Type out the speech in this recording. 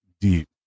deep